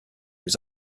was